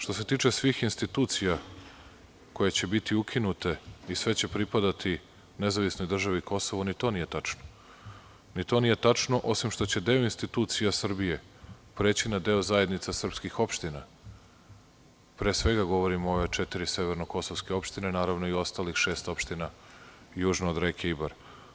Što se tiče svih institucija koje će biti ukinute i sve će pripadati nezavisnoj državi Kosovo, ni to nije tačno, osim što će deo institucija Srbije preći na deo zajednica srpskih opština, pre svega govorim o ove četiri severno kosovske opštine, naravno i ostalih 600 opština južno od reke Ibar.